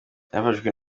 byafashwe